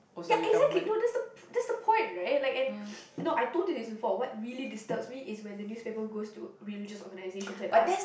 ya exactly no that's the that's the point right like and no I told you this before what really disturbs me is when the newspaper goes to religious organisations and ask